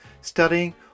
studying